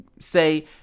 say